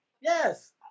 Yes